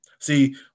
See